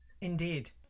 indeed